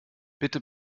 bitte